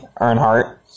Earnhardt